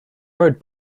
road